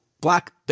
Black